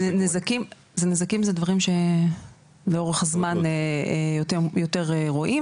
נזקים זה דברים שלאורך זמן יותר רואים